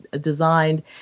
designed